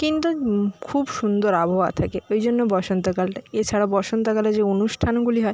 কিন্তু খুব সুন্দর আবহাওয়া থাকে ওই জন্য বসন্তকালটা এছাড়া বসন্তকালে যে অনুষ্ঠানগুলি হয়